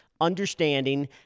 understanding